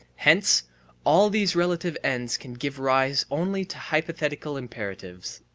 hence all these relative ends can give rise only to hypothetical imperatives.